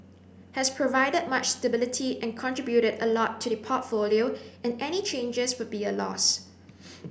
has provided much stability and contributed a lot to the portfolio and any changes would be a loss